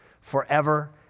forever